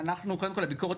קודם כל הביקורת